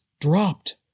dropped